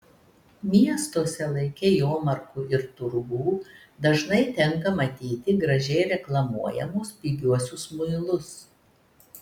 miestuose laike jomarkų ir turgų dažnai tenka matyti gražiai reklamuojamus pigiuosius muilus